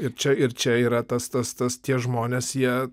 ir čia ir čia yra tas tas tas tie žmonės jie